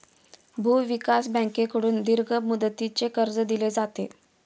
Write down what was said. भूविकास बँकेकडून दीर्घ मुदतीचे कर्ज दिले जाते